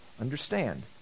understand